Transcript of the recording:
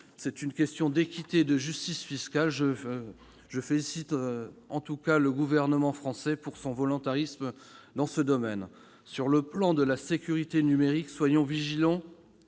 C'est une question d'équité et de justice fiscale. Je félicite en tous cas le Gouvernement français pour son volontarisme dans ce domaine. Sur le plan de la sécurité numérique, soyons vigilants